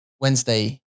Wednesday